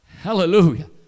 Hallelujah